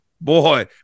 Boy